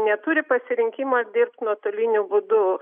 neturi pasirinkimo dirbt nuotoliniu būdu